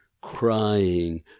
crying